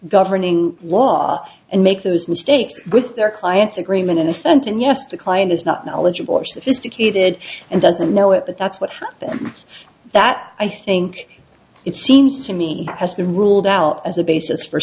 governing law and make those mistakes with their clients agreement in the sentence yes the client is not knowledgeable or sophisticated and doesn't know it but that's what happened that i think it seems to me has been ruled out as a basis for